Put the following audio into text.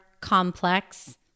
complex